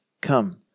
Come